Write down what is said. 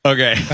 Okay